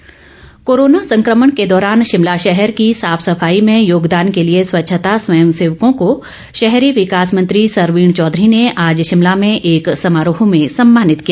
सम्मान कोरोना संकमण के दौरान शिमला शहर की साफ सफाई में योगदान के लिए स्वच्छता स्वयं सेवकों को शहरी विकास मंत्री सरवीण चौधरी ने आज शिमला में एक समारोह में सम्मानित किया